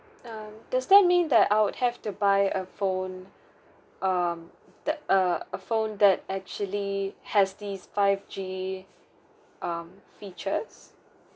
uh does that mean that I would have to buy a phone um that a a phone that actually has this five G um features